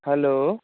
hello